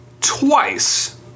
Twice